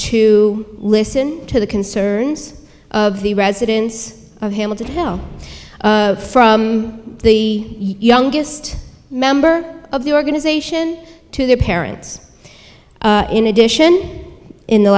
to listen to the concerns of the residents of hamilton hill from the youngest member of the organization to their parents in addition in the